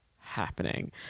happening